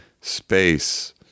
Space